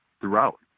throughout